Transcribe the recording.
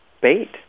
Bait